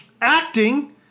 Acting